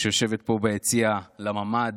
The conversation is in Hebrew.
שיושבת פה ביציע, לממ"ד,